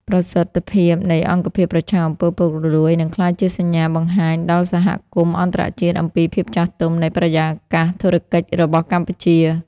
ប្រសិទ្ធភាពនៃអង្គភាពប្រឆាំង អំពើពុករលួយ នឹងក្លាយជាសញ្ញាបង្ហាញដល់សហគមន៍អន្តរជាតិអំពីភាពចាស់ទុំនៃបរិយាកាសធុរកិច្ចរបស់កម្ពុជា។